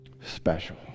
special